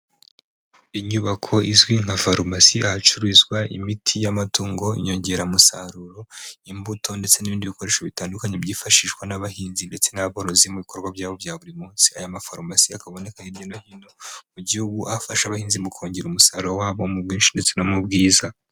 Inyubako izwi nka farumasi ahacuruzwa imiti y'amatungo, inyongeramusaruro, imbuto ndetse n'ibindi bikoresho bitandukanye byifashishwa n'abahinzi ndetse n'aborozi mu bikorwa byabo bya buri munsi. Aya mafarumasi akaboneka hirya no hino mu gihugu, aho afasha abahinzi mu kongera umusaruro wabo mu bwinshi ndetse no mu bwiza.